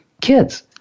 kids